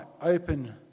open